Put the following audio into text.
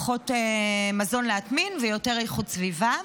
פחות מזון להטמין ויותר איכות סביבה.